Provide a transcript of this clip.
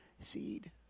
seed